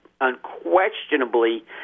unquestionably